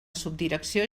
subdirecció